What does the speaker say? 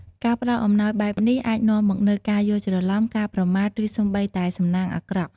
ការផ្តល់អំណោយបែបនេះអាចនាំមកនូវការយល់ច្រឡំ ការប្រមាថ ឬសូម្បីតែសំណាងអាក្រក់។